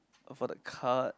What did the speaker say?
for the card